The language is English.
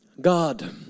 God